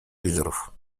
лидеров